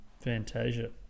Fantasia